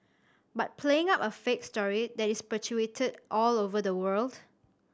but playing up a fake story that is perpetuated all over the world